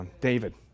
David